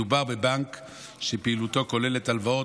מדובר בבנק שפעילותו כוללת הלוואות,